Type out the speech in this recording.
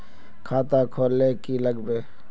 खाता खोल ले की लागबे?